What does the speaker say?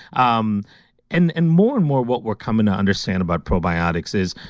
um and and more and more what we're coming to understand about probiotics is,